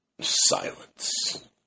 Silence